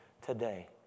Today